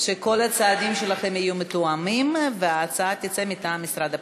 שכל הצעדים שלכם יהיו מתואמים וההצעה תצא מטעם משרד הפנים.